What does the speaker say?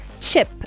chip